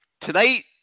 Tonight